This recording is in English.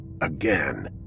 Again